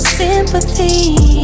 sympathy